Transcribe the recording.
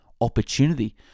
opportunity